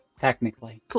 Technically